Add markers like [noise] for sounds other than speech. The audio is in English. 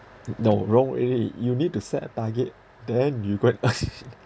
n~ no wrong already [laughs] you need to set a target then you go and earn [laughs]